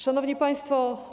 Szanowni Państwo!